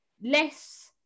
less